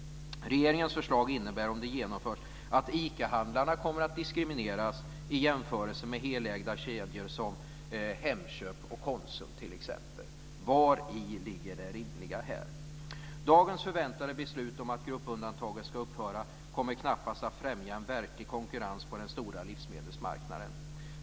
Regeringens förslag innebär, om det genomförs, att ICA-handlarna kommer att diskrimineras i jämförelse med helägda kedjor som Hemköp och Konsum t.ex. Vari ligger det rimliga här? Dagens förväntade beslut om att gruppundantaget ska upphöra kommer knappast att främja en verklig konkurrens på den stora livsmedelsmarknaden.